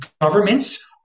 government's